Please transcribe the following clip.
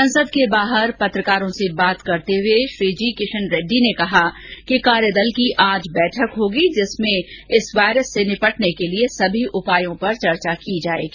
संसद के बाहर पत्रकारों से बात करते हुए जी किशन रेड्डी ने कहा कि कार्यदल की आज बैठक होगी जिसमें इस वायरस से निपटने के लिए सभी उपायों पर चर्चा की जाएगी